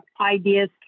ideas